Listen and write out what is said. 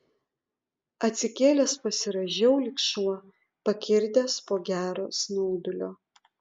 atsikėlęs pasirąžiau lyg šuo pakirdęs po gero snaudulio